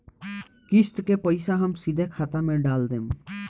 किस्त के पईसा हम सीधे खाता में डाल देम?